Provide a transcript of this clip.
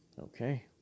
Okay